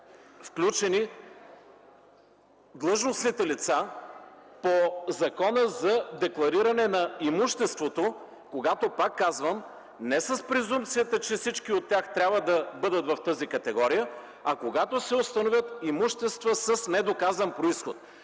включени длъжностните лица по Закона за деклариране на имуществото, когато, пак казвам, не с презумпцията, че всички от тях трябва да бъдат в тази категория, а когато се установят имущества с недоказан произход.